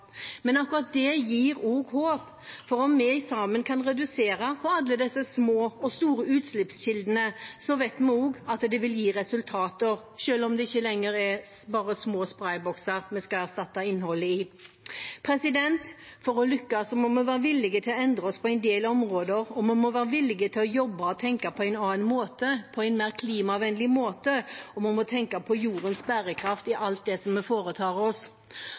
Men akkurat det gir også håp, for om vi sammen kan redusere alle disse små og store utslippskildene, vet vi også at det vil gi resultater, selv om det ikke lenger bare er små spraybokser vi skal erstatte innholdet i. For å lykkes må vi være villige til å endre oss på en del områder, vi må være villige til å jobbe og tenke på en annen måte, en mer klimavennlig måte, og vi må tenke på jordens bærekraft i alt vi foretar oss.